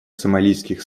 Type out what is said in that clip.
сомалийских